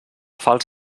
falç